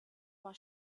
war